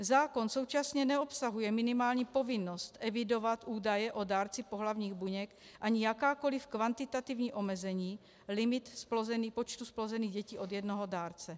Zákon současně neobsahuje minimální povinnost evidovat údaje o dárci pohlavních buněk ani jakákoliv kvantitativní omezení, limit počtu zplozených dětí od jednoho dárce.